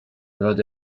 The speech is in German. gehört